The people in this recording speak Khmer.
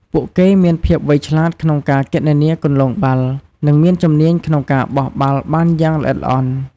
ពួកគេមានភាពវៃឆ្លាតក្នុងការគណនាគន្លងបាល់ និងមានជំនាញក្នុងការបោះបាល់បានយ៉ាងល្អិតល្អន់។